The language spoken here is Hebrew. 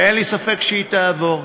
שאין לי ספק שהיא תעבור,